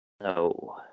No